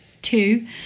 two